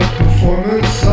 performance